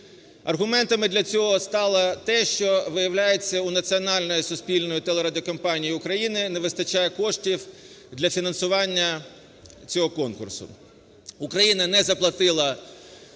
Аргументами для цього стало те, що, виявляється, у Національної суспільної телерадіокомпанії України не вистачає коштів для фінансування цього конкурсу. Україна не заплатила